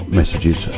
messages